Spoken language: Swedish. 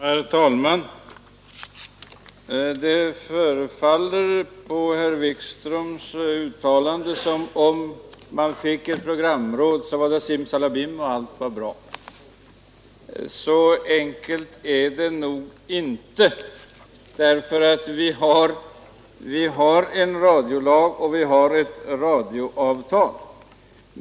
Herr talman! Det förefaller som om herr Wikström menar att om man fick ett programråd var det bara att säga simsalabim och allt var bra. Så enkelt är det nog inte, därför att vi har en radiolag och vi har ett radioavtal.